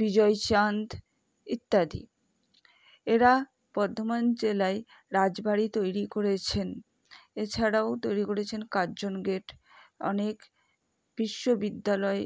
বিজয়চাঁদ ইত্যাদি এরা বর্ধমান জেলায় রাজবাড়ি তৈরি করেছেন এছাড়াও তৈরি করেছেন কার্জন গেট অনেক বিশ্ববিদ্যালয়